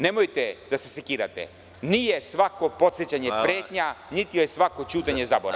Nemojte da se sekirate, nije svako podsećanje pretnja, niti je svako ćutanje zaborav.